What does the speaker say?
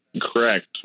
correct